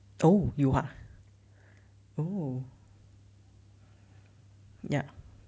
oh you ah oh ya